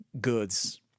goods